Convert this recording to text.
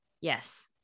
yes